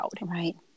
Right